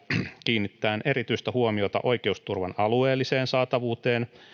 kiinnittäen erityistä huomiota oikeusturvan alueelliseen saatavuuteen